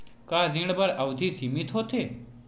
का ऋण बर अवधि सीमित होथे?